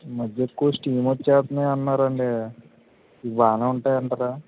ఈ మధ్య ఎక్కువ స్టీమ్ వస్తున్నాయి అన్నారండి ఇవి బాగా ఉంటాయి అంటారా